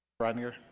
reitinger?